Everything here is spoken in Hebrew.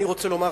אני רוצה לומר,